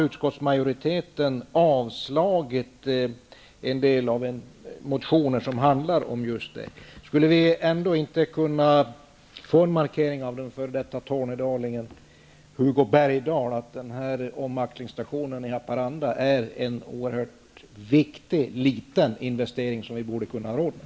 Utskottsmajoriteten har avstyrkt en del motioner som handlar just om detta. Skulle vi ändå inte kunna få en markering från den f.d. tornedalingen Haparanda är en oerhört viktig men liten investering, som vi borde ha råd med?